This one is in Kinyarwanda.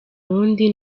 wundi